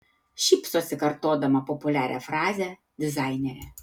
šypsosi kartodama populiarią frazę dizainerė